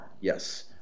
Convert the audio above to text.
yes